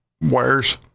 wires